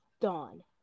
dawn